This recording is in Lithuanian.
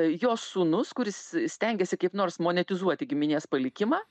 jos sūnus kuris stengiasi kaip nors monetizuoti giminės palikimą